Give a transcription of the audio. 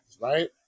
right